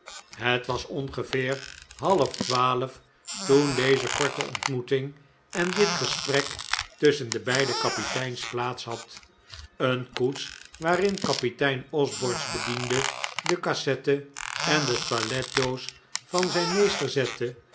het was ongeveer half twaalf toen deze korte ontmoeting en dit gesprek tusschen de beide kapiteins plaats had een koets waarin kapitein osborne's bediende de cassette en toiletdoos van zijn meester zette